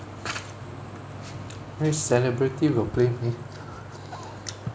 which celebrity would play me